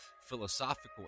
philosophical